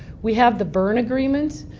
we have the berne agreement,